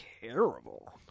terrible